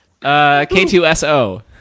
K2SO